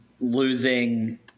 Losing